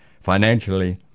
Financially